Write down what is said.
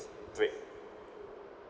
break